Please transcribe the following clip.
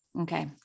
Okay